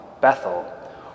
Bethel